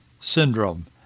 syndrome